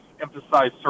emphasize